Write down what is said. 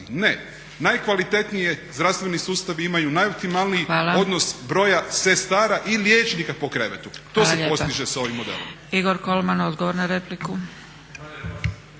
Ne, najkvalitetnije zdravstveni sustavi imaju najoptimalniji odnos broja sestara i liječnika po krevetu. To se postiže s ovim modelom.